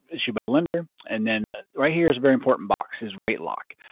issued by the lender. and then right here is a very important box, is rate lock.